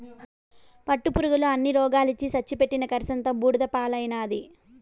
పట్టుపురుగుల అన్ని రోగాలొచ్చి సచ్చి పెట్టిన కర్సంతా బూడిద పాలైనాది